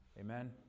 Amen